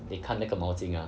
你看那个毛巾啊